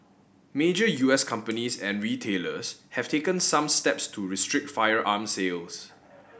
major U S companies and retailers have taken some steps to restrict firearm sales